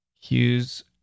Hughes